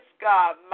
God